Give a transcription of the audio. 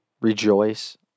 Rejoice